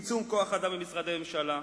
צמצום כוח-אדם במשרדי ממשלה,